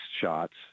shots